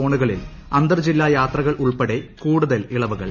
സോണുകളിൽ അന്തർ ജില്ലാ യാത്രകൾ ഉൾപ്പെടെ കൂടുതൽ ഇളവുകൾ